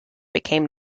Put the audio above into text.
became